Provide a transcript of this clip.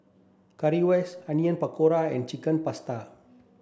Currywurst Onion Pakora and Chicken Pasta